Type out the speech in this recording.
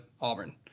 Auburn